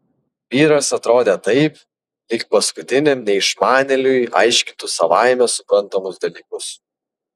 vyras atrodė taip lyg paskutiniam neišmanėliui aiškintų savaime suprantamus dalykus